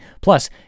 Plus